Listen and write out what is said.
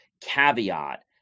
caveat